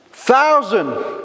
thousand